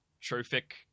trophic